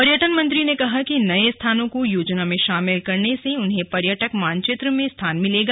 पर्यटन मंत्री ने कहा कि नये स्थानों को योजना में शामिल करने से उन्हें पर्यटक मानचित्र में स्थान मिलेगा